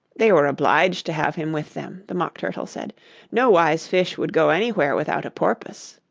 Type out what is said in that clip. they were obliged to have him with them the mock turtle said no wise fish would go anywhere without a porpoise